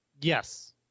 yes